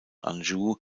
anjou